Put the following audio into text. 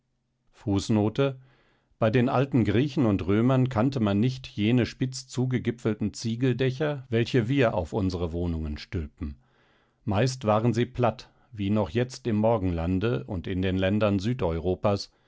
bei den alten griechen und römern kannte man nicht jene spitz zugegipfelten ziegeldächer welche wir auf unsere wohnungen stülpen meist waren sie platt wie noch jetzt im morgenlande und in den ländern